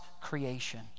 creation